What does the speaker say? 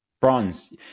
Bronze